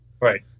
Right